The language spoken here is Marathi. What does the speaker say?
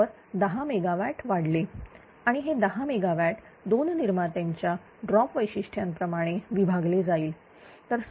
तर 10 MW वाढले आणि हे 10 MW दोन निर्मात्यांच्या ड्रॉप वैशिष्ट्यां प्रमाणे विभागले जाईल